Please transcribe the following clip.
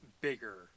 bigger